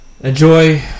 Enjoy